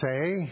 say